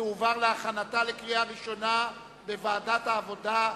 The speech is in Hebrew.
ותועבר להכנתה לקריאה ראשונה בוועדת העבודה,